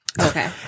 Okay